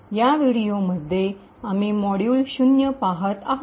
या व्हिडिओमध्ये आम्ही मॉड्यूल 0 पाहत आहोत